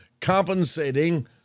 compensating